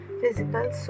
physical